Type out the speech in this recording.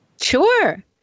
sure